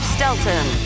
Stelton